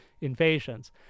invasions